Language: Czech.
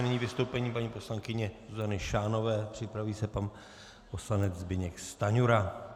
Nyní vystoupení paní poslankyně Zuzany Šánové, připraví se pan poslanec Zbyněk Stanjura.